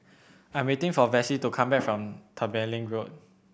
I am waiting for Vassie to come back from Tembeling Road